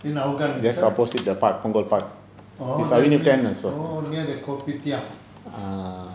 in hougang itself orh near the Kopitiam